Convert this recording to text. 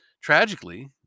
tragically